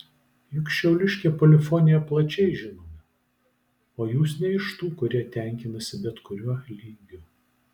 juk šiauliškė polifonija plačiai žinoma o jūs ne iš tų kurie tenkinasi bet kuriuo lygiu